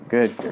Good